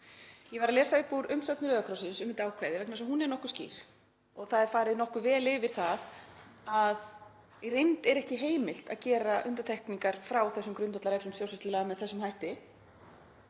Ég verð að lesa upp úr umsögn Rauða krossins um þetta ákvæði vegna þess að hún er nokkuð skýr. Það er farið nokkuð vel yfir það að í reynd er ekki heimilt að gera undantekningar frá þessum grundvallarreglum stjórnsýslulaga með þessum hætti